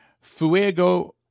Fuego